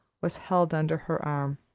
was held under her arm.